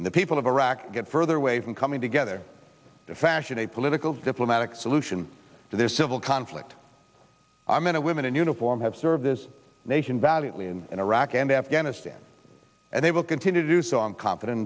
and the people of iraq get further away from coming together to fashion a political diplomatic solution to this civil conflict i'm going to women in uniform have served this nation valiantly in iraq and afghanistan and they will continue to do so i'm confident